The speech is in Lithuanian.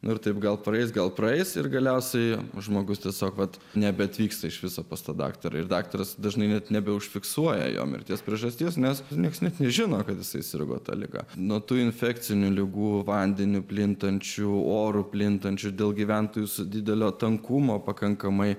nu taip gal praeis gal praeis ir galiausiai žmogus tiesiog vat nebeatvyksta iš viso pas tą daktarą ir daktaras dažnai net nebeužfiksuoja jo mirties priežasties nes niekas net nežino kad jisai sirgo ta liga nuo tų infekcinių ligų vandeniu plintančių oru plintančių dėl gyventojų su didelio tankumo pakankamai